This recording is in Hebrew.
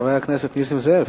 חבר הכנסת נסים זאב,